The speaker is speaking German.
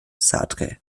sartre